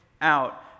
out